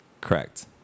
Correct